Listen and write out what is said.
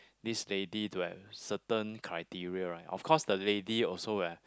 this lady to have certain criteria right of course the lady also wear